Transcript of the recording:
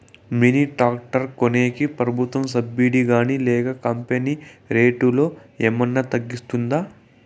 Mini tractor కొనేకి ప్రభుత్వ subsidy గాని లేక కంపెని రేటులో ఏమన్నా తగ్గిస్తుందా?